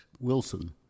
Wilson